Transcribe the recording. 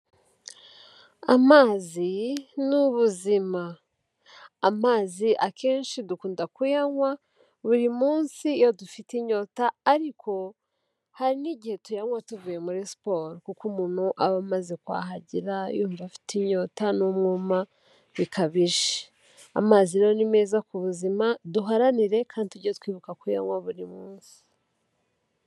Amazi ni ubuzima, amazi akenshi dukunda kuyanywa buri munsi iyo dufite inyota ariko hari n'igihe tuyanywa tuvuye muri siporo kuko umuntu aba amaze kwahagira, yumva afite inyota n'umwuma bikabije. Amazi rero ni meza ku buzima, duharanire kandi tujye twibuka kuyanywa buri munsi.